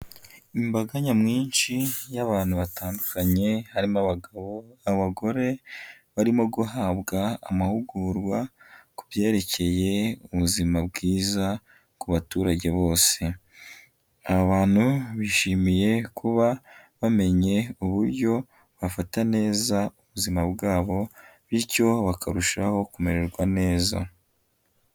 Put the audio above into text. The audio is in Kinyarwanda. Imbaga nyamwinshi y'abantu batandukanye harimo abagabo, abagore barimo guhabwa amahugurwa ku byerekeye ubuzima bwiza ku baturage bose. Aba bantu bishimiye kuba bamenye uburyo bafata neza ubuzima bwabo, bityo bakarushaho kumererwa neza.